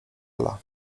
ela